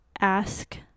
ask